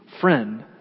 friend